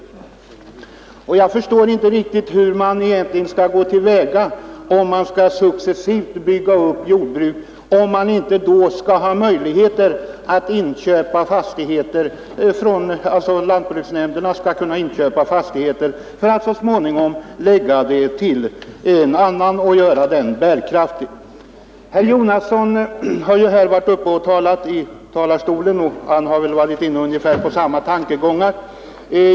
Jag förstår inte riktigt hur man egentligen skall gå till väga för att successivt bygga upp bärkraftiga jordbruk, om inte lantbruksnämnderna skall kunna inköpa fastigheter för att så småningom lägga dem till andra. Herr Jonasson har här varit inne på ungefär samma tankegångar.